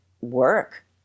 work